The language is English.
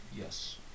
Yes